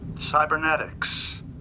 Cybernetics